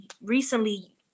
recently